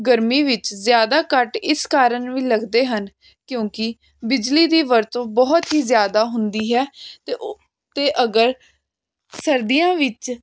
ਗਰਮੀ ਵਿੱਚ ਜਿਆਦਾ ਕੱਟ ਇਸ ਕਾਰਨ ਵੀ ਲੱਗਦੇ ਹਨ ਕਿਉਂਕਿ ਬਿਜਲੀ ਦੀ ਵਰਤੋਂ ਬਹੁਤ ਹੀ ਜਿਆਦਾ ਹੁੰਦੀ ਹੈ ਤੇ ਤੇ ਅਗਰ ਸਰਦੀਆਂ ਵਿੱਚ